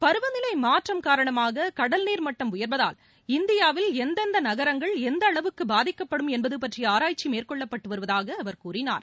பருவநிலை மாற்றம் காரணமாக கடல்நீர் மட்டம் உயர்வதால் இந்தியாவில் எந்தெந்த நகரங்கள் எந்த அளவுக்கு பாதிக்கப்படும் என்பது பற்றிய ஆராய்ச்சி மேற்கொள்ளப்பட்டு வருவதாக அவர் கூறினார்